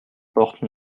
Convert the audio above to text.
porte